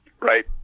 Right